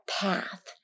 path